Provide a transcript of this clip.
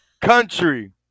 Country